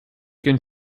can